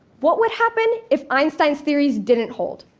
what would happen if einstein's theories didn't hold?